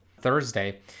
Thursday